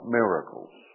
miracles